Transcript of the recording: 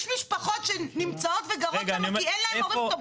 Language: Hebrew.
יש משפחות שנמצאות וגרות שם כי אין להם הורים תומכים --- רגע,